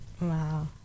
Wow